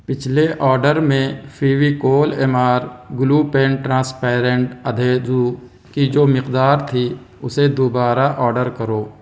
پچھلے آرڈر میں Fevicol M R glue pen transparent adhesive کی جو مقدار تھی اسے دوبارہ آرڈر کرو